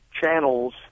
channels